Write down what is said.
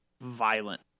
violent